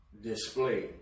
Display